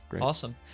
Awesome